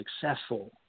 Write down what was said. successful